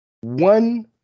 one